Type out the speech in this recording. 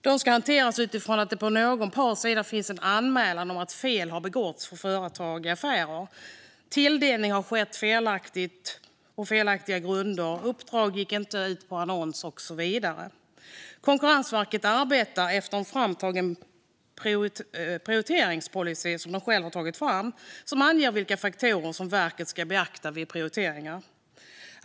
Dessa ska hanteras utifrån att det från någon parts sida finns en anmälan om att fel företag fick affären, att tilldelning har skett på felaktig grund, att uppdraget inte gick ut på annons och så vidare. Konkurrensverket arbetar efter en prioriteringspolicy som de själva har tagit fram och som anger vilka faktorer som verket ska beakta vid prioriteringar.